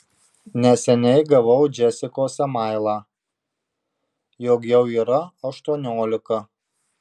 neseniai gavau džesikos emailą jog jau yra aštuoniolika